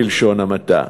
בלשון המעטה,